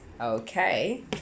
Okay